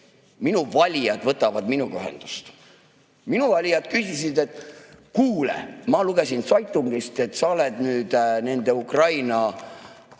Minu valijad võtavad minuga ühendust. Minu valijad küsisid, et kuule, ma lugesinzeitung'ist, et sa oled nüüd nende Ukraina